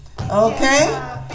Okay